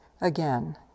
again